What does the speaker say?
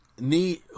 need